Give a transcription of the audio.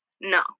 No